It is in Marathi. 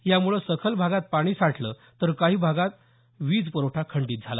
यामुळे सखल भागात पाणी साठले तर काही भागाचा वीज पुरवठा खंडीत झाला